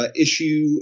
issue